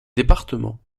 département